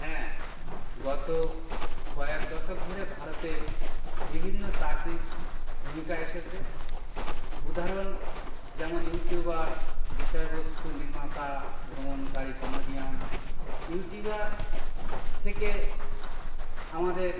অ্যাঁ গত কয়েক দশক ধরে ভারতে বিভিন্ন চাকরির ভূমিকা এসেছে উদাহরণ যেমন ইউটিউবার বিষয়বস্তু নির্মাতা ভ্রমণকারী কমেডিয়ান ইউটিবার থেকে আমাদের